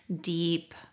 deep